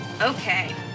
Okay